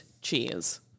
Cheers